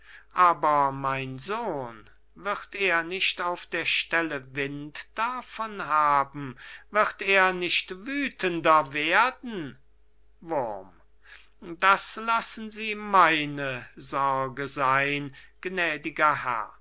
aber mein sohn wird er nicht auf der stelle wind davon haben wurm das lassen sie meine sorge sein